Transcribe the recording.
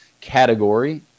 category